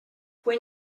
when